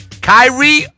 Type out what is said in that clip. Kyrie